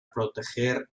proteger